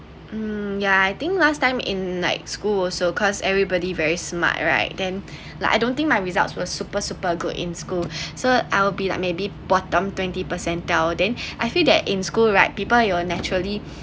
um yeah I think last time in like school also cause everybody very smart right then like I don't think my results were super super good in school so I'll be like maybe bottom twenty percent down then I feel that in school right people you're naturally